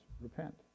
Repent